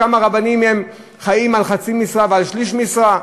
כמה רבנים חיים על חצי משרה ועל שליש משרה?